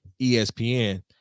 espn